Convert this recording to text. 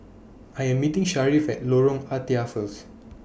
I Am meeting Sharif At Lorong Ah Thia First